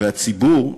והציבור,